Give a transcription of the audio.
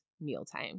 mealtime